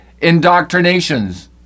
indoctrinations